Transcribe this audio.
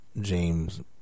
James